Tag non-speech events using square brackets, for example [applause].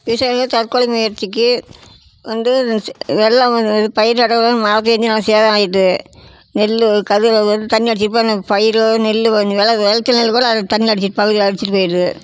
விவசாயிகள் தற்கொலை முயற்சிக்கு வந்து [unintelligible] வெள்ளம் வந்தது பயிர் நடவே மழை பெஞ்சு நல்லா சேதம் ஆகிட்டு நெல் கதுர வந்து தண்ணி அடிச்சிட்டு போன பயிர் நெல் கொஞ்சம் வௌ விளச்சல் நெல் கூட அது தண்ணீர்ல அடிச்சிட்டு பயிர் அடிச்சிட்டு போயிடுது